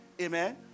Amen